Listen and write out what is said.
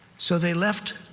so they left